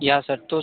या सर तो